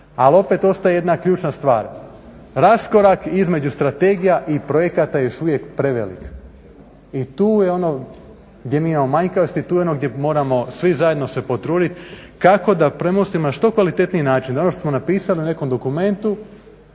Ali opet ostaje jedna ključna stvar, raskorak između strategija i projekata je još uvijek prevelik i tu je ono gdje mi imamo manjkavosti tu je ono gdje se moramo svi zajedno potruditi kako da premostimo na što kvalitetniji način da ono što smo napisali u nekom dokumentu